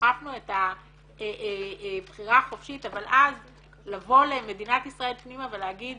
דחפנו את הבחירה החופשית אבל אז לבוא למדינת ישראל פנימה ולהגיד